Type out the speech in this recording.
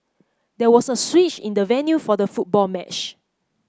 there was a switch in the venue for the football match